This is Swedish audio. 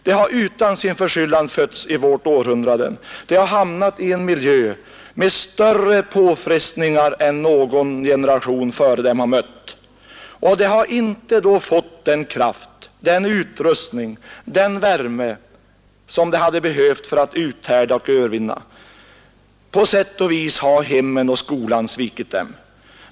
De har utan egen förskyllan fötts i vårt århundrade, de har hamnat i en miljö med större påfrestningar än någon generation före dem har mött och de har inte fått den kraft, den utrustning, den värme som de hade behövt för att kunna uthärda och övervinna. På sätt och vis har hemmen och skolan svikit dem.